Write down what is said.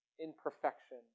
imperfection